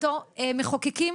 בתור מחוקקים,